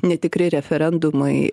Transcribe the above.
netikri referendumai